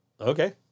Okay